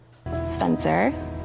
Spencer